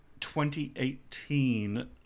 2018